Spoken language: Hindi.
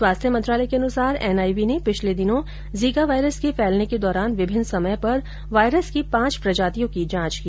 स्वास्थ्य मंत्रालय के अनुसार एनआईवी ने पिछले दिनों जीका वाइरस के फैलने के दौरान विभिन्न समयों पर वाइरस की पांच प्रजातियों की जांच की